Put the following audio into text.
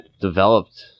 developed